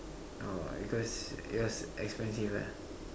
orh because yours expensive ah